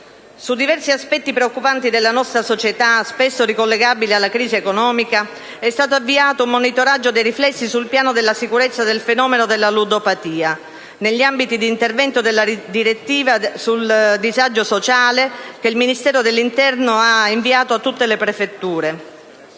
Su diversi aspetti preoccupanti della nostra società, spesso ricollegabili alla crisi economica, è stato avviato un monitoraggio dei riflessi sul piano della sicurezza del fenomeno della ludopatia, negli ambiti di intervento della direttiva sul disagio sociale che il Ministero dell'interno ha inviato a tutte le prefetture.